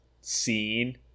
scene